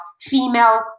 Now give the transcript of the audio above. female